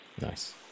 Nice